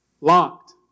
locked